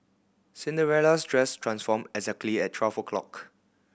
Cinderella's dress transformed exactly at twelve o'clock